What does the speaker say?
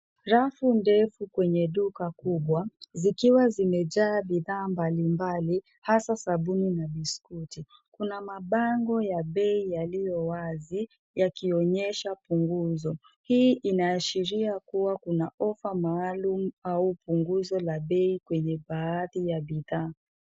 Rafu ndefu kwenye duka kubwa zikiwa zimejaa bidhaa hasa sabuni na biskuti. Kuna mabango ya bei yaliyo wazi yakionyesha .Hii inaashiria na offer maalum au punguzo la bei kwa baadhi ya bidhaa.